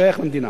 שייך למדינה,